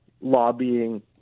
lobbying